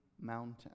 mountain